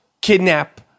kidnap